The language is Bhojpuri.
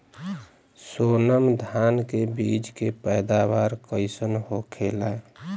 सोनम धान के बिज के पैदावार कइसन होखेला?